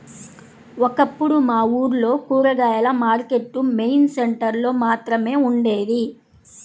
ఒకప్పుడు మా ఊర్లో కూరగాయల మార్కెట్టు మెయిన్ సెంటర్ లో మాత్రమే ఉండేది